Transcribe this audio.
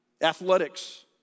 Athletics